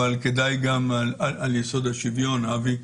אבל כדאי גם על יסוד השוויון, אבי,